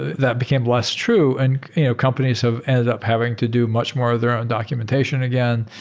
that became less true and you know companies have ended up having to do much more their own documentation again.